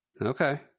okay